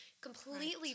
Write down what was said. completely